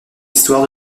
histoire